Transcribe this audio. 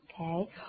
Okay